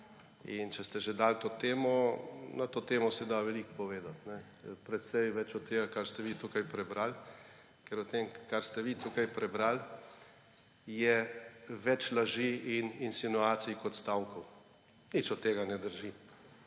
In če ste že dali to temo, na to temo se da veliko povedati, precej več od tega, kar ste vi tukaj prebrali. Ker v tem, kar ste vi tukaj prebrali, je več laži in insinuacij kot stavkov. Nič od tega ne drži.